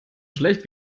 schlecht